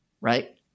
Right